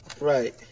Right